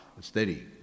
steady